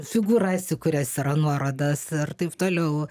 figūras į kurias yra nuorodos ir taip toliau